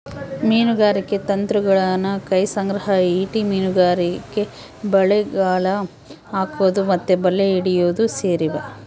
ಮೀನುಗಾರಿಕೆ ತಂತ್ರಗುಳಗ ಕೈ ಸಂಗ್ರಹ, ಈಟಿ ಮೀನುಗಾರಿಕೆ, ಬಲೆ, ಗಾಳ ಹಾಕೊದು ಮತ್ತೆ ಬಲೆ ಹಿಡಿಯೊದು ಸೇರಿವ